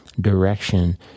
direction